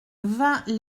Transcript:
vingt